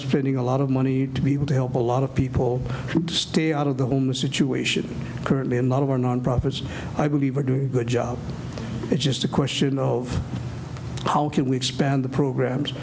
spending a lot of money to be able to help a lot of people stay out of the home the situation currently in lot of our nonprofits i believe are doing a good job it's just a question of how can we expand the programs